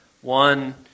one